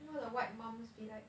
you know the white moms feel like